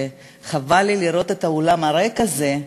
חבל לי לראות את האולם הריק הזה,